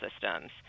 systems